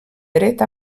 dret